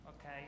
okay